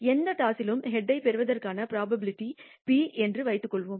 எந்த டாஸிலும் ஹெட்ஐ பெறுவதற்கான புரோபாபிலிடி p என்று வைத்துக் கொள்வோம்